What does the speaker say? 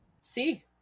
See